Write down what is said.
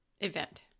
event